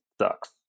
sucks